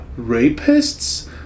rapists